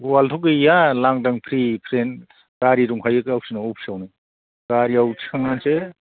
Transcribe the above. वालथ' गैया लांदां फ्रि फ्रेंक गारि दंखायो गावसोरनाव अफिसावनो गारियाव थिखांनानैसो